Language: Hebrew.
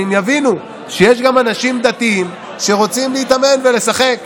יבינו שיש גם אנשים דתיים שרוצים להתאמן ולשחק,